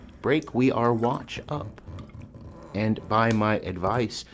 break we our watch up and by my advice,